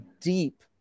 deep